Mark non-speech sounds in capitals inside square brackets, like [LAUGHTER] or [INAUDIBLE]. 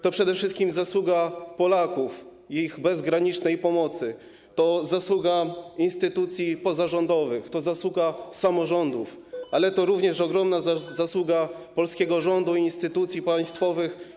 To przede wszystkim zasługa Polaków i ich bezgranicznej pomocy, to zasługa instytucji pozarządowych, to zasługa samorządów, [NOISE] ale to również ogromna zasługa polskiego rządu i instytucji państwowych.